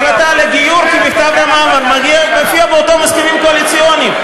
החלטה על גיור, מופיע באותם הסכמים קואליציוניים.